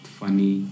funny